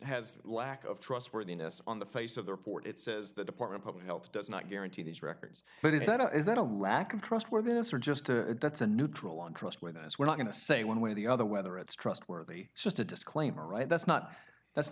has lack of trustworthiness on the face of the report it says the department of health does not guarantee these records but is that is that a lack of trustworthiness or just a that's a neutral on trust with us we're not going to say one way or the other whether it's trustworthy just a disclaimer right that's not that's